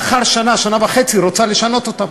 לאחר שנה, שנה וחצי, היא רוצה לשנות אותם?